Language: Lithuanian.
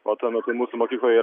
o tuo metu mūsų mokykloje yra